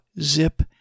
zip